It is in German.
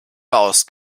baust